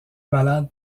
ballade